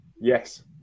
Yes